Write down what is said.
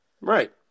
Right